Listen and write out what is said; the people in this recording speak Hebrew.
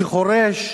שחורש,